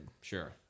Sure